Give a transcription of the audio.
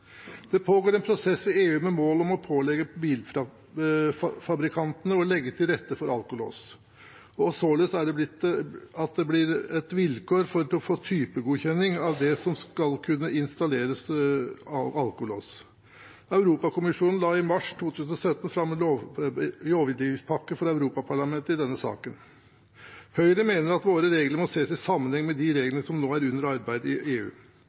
Det pågår en prosess i EU med mål om å pålegge bilfabrikantene å legge til rette for alkolås, og således at det blir et vilkår for å få typegodkjenning at det skal kunne installeres alkolås. Europakommisjonen la i mars 2017 fram en lovgivningspakke for Europaparlamentet i denne saken. Høyre mener at våre regler må ses i sammenheng med de reglene som nå er under arbeid i EU.